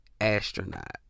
astronaut